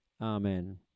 Amen